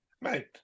Mate